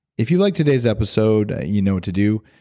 if you like today's episode, you know what to do.